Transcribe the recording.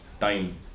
time